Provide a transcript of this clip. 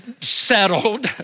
settled